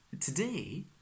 Today